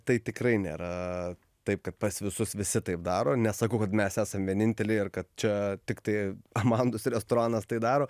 tai tikrai nėra taip kad pas visus visi taip daro nesakau kad mes esam vieninteliai ar kad čia tiktai amandus restoranas tai daro